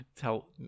Tell